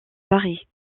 paris